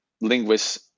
linguists